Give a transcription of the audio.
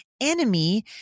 enemy